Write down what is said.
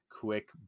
quick